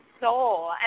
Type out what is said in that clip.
soul